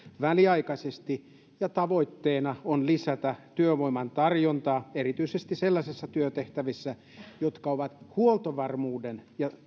väliaikaisesti ja tavoitteena on lisätä työvoiman tarjontaa erityisesti sellaisissa työtehtävissä jotka ovat huoltovarmuuden